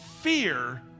fear